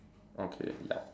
okay yup